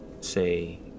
say